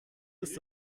ist